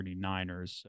49ers